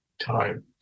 time